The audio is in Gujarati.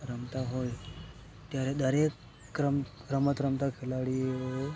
રમતા હોય ત્યારે દરેક રમ રમત રમતા ખેલાડીઓ